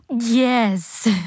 Yes